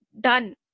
done